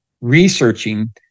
researching